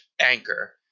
Anchor